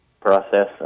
process